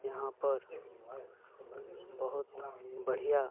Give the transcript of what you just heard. यहाँपर बहुत बढ़िआँ